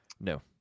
No